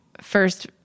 first